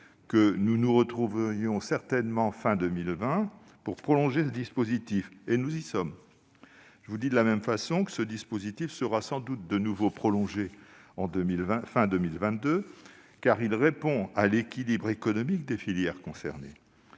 que nous nous retrouverions certainement fin 2020 pour prolonger ce dispositif. Nous y sommes ! Ce dispositif sera sans doute de nouveau prolongé fin 2022, car il répond à l'équilibre économique des filières concernées.